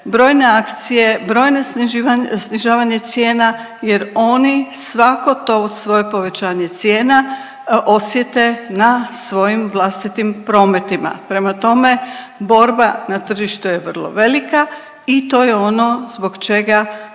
brojne akcije, brojna snižavanje cijena jer oni svako to svoje povećanje cijena osjete na svojim vlastitim prometima. Prema tome, borba na tržištu je vrlo velika i to je ono zbog čega